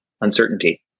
uncertainty